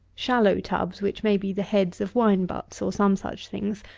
shallow tubs, which may be the heads of wine buts, or some such things,